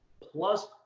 plus